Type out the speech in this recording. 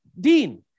Dean